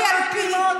את אומרת ללמוד?